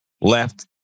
left